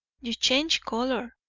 you change colour,